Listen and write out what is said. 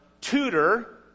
tutor